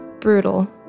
brutal